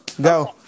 Go